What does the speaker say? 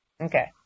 Okay